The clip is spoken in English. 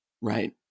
Right